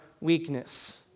weakness